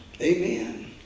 Amen